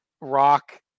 Rock